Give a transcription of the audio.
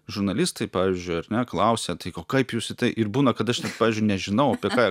žurnalistai pavyzdžiui ar ne klausia tai o kaip jūs į tai ir būna kad aš net pavyzdžiui nežinau apie ką